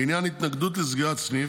לעניין התנגדות לסגירת סניף,